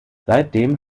seitdem